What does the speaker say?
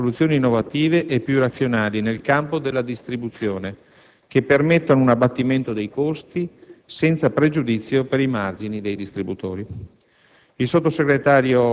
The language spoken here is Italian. allo scopo di individuare soluzioni innovative e più razionali nel campo della distribuzione che permettano un abbattimento dei costi, senza pregiudizio per i margini dei distributori.